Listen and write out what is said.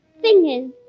fingers